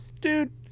Dude